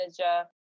manager